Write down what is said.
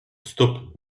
stóp